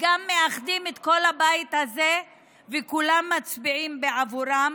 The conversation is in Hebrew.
שגם מאחדים את כל הבית הזה וכולם מצביעים בעבורם.